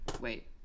Wait